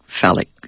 phallic